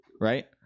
right